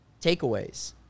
takeaways